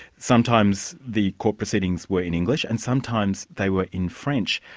sometimes the court proceedings were in english, and sometimes they were in french.